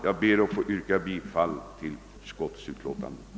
Jag ber att få yrka bifall till statsutskottets hemställan.